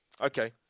Okay